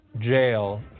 jail